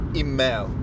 email